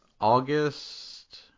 August